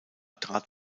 trat